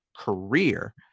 career